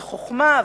וחוכמה,